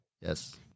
Yes